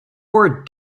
for